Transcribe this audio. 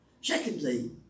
Secondly